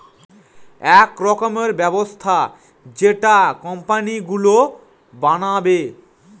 এক রকমের ব্যবস্থা যেটা কোম্পানি গুলো বানাবে